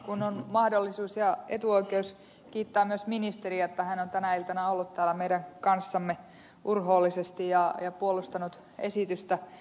nyt on mahdollisuus ja etuoikeus kiittää myös ministeriä että hän on tänä iltana täällä ollut meidän kanssamme urhoollisesti ja puolustanut esitystä